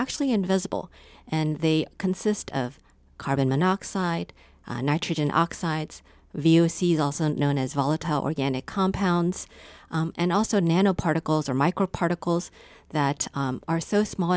actually invisible and they consist of carbon monoxide nitrogen oxides view sees also known as volatile organic compounds and also nano particles or micro particles that are so small